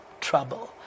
trouble